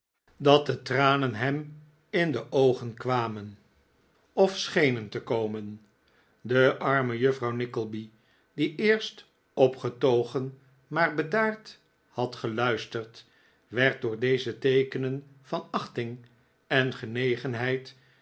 dat de tranen hem in de oogen kwamen of schenen te komen de arme juffrouw nickleby die eerst opgetogen maar bedaard had geluisterd werd door deze teekenen van achting en genegenheid